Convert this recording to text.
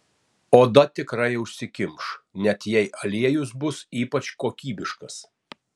oda tikrai užsikimš net jei aliejus bus ypač kokybiškas